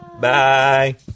Bye